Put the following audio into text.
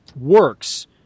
works